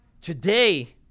Today